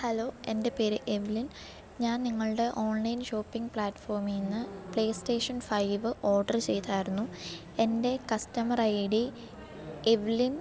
hello എൻ്റെ പേര് Evelyn ഞാൻ നിങ്ങളുടെ ഓൺലൈൻ ഷോപ്പിങ്ങ് പ്ലാറ്റ്ഫോമിൽനിന്ന് പ്ലേയ് സ്റ്റേഷൻ ഫൈവ് ഓർഡർ ചെയ്തിരുന്നു എൻ്റെ കസ്റ്റമർ ഐ ഡി എവ്ലിൻ